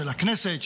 של הכנסת,